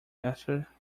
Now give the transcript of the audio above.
esther